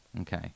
Okay